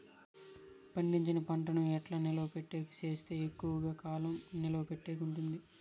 పండించిన పంట ను ఎట్లా నిలువ పెట్టేకి సేస్తే ఎక్కువగా కాలం నిలువ పెట్టేకి ఉంటుంది?